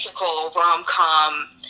rom-com